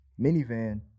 minivan